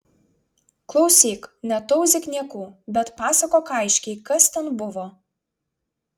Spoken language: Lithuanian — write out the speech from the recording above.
klausyk netauzyk niekų bet pasakok aiškiai kas ten buvo